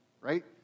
Right